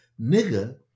nigger